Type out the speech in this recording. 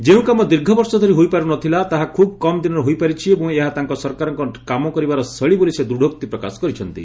ଯେଉଁ କାମ ଦୀର୍ଘବର୍ଷ ଧରି ହୋଇପାରୁ ନଥିଲା ତାହା ଖୁବ୍ କମ୍ ଦିନରେ ହୋଇପାରିଛି ଏବଂ ଏହା ତାଙ୍କ ସରକାରଙ୍କ କାମ କରିବାର ଶୈଳୀ ବୋଲି ସେ ଦୃଢ୍ଡୋକ୍ତି ପ୍ରକାଶ କରିଛନ୍ତି